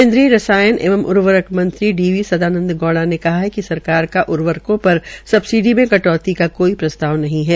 केन्द्रीय रसायन एवं उर्वरक मंत्री डी वी सदानंद गौड़ा ने कहा है कि सरकार का उर्वरकों पर सबसिडी में कटौती का कोड्र प्रस्ताव नहीं है